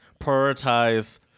prioritize